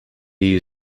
you